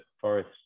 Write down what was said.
forest